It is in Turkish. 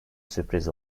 sürpriz